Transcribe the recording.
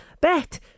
bet